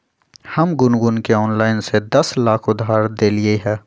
हम गुनगुण के ऑनलाइन से दस लाख उधार देलिअई ह